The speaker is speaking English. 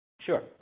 Sure